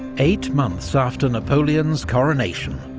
eight months after napoleon's coronation.